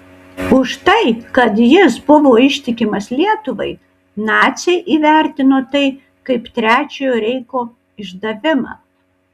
už tai kad jis buvo ištikimas lietuvai naciai įvertino tai kaip trečiojo reicho išdavimą